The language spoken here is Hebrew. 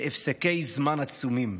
בהפסקי זמן עצומים'.